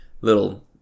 little